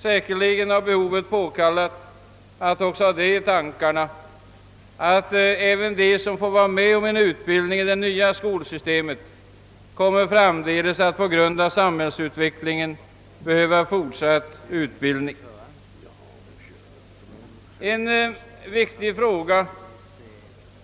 Säkerligen är det också av behovet påkallat att ha i tankarna att även de som får del av det nya skolsystemet, på grund av samhällsutvecklingen, framdeles kommer att behöva fortsatt utbildning. Väsentlig är